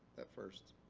that first.